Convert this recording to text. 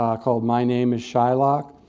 um called my name is shylock.